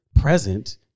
present